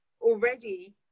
already